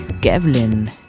Gavlin